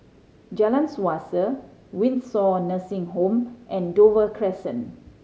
Jalan Suasa Windsor Nursing Home and Dover Crescent